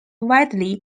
widely